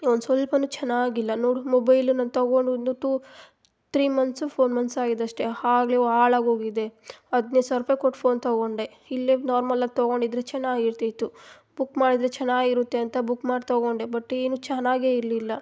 ಒಂದು ಸ್ವಲ್ಪ ಚೆನ್ನಾಗಿಲ್ಲ ನೋಡು ಮೊಬೈಲು ನಾನು ತಗೊಂಡು ಇನ್ನೂ two three months four months ಆಗಿದೆ ಅಷ್ಟೆ ಆಗ್ಲೇ ಹಾಳಾಗೋಗಿದೆ ಹದಿನೈದು ಸಾವ್ರ ರೂಪಾಯ್ ಕೊಟ್ಟು ಫೋನ್ ತಗೊಂಡೆ ಇಲ್ಲೇ ನಾರ್ಮಲಾಗಿ ತಗೊಂಡಿದ್ರೆ ಚೆನ್ನಾಗಿರ್ತಿತ್ತು ಬುಕ್ ಮಾಡಿದರೆ ಚೆನ್ನಾಗಿರುತ್ತೆ ಅಂತ ಬುಕ್ ಮಾಡಿ ತಗೊಂಡೆ ಬಟ್ ಏನು ಚೆನ್ನಾಗೇ ಇರಲಿಲ್ಲ